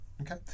Okay